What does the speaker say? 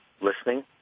listening